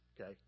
okay